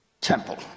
temple